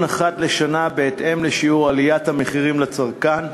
אחת לשנה בהתאם לשיעור עליית המחירים לצרכן.